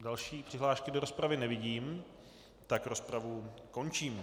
Další přihlášky do rozpravy nevidím, rozpravu končím.